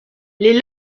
les